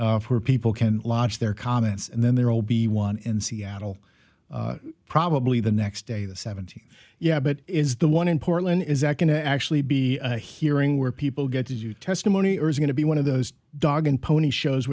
where people can lodge their comments and then there'll be one in seattle probably the next day the seventy yabut is the one in portland is that going to actually be hearing where people get to do testimony or is going to be one of those dog and pony shows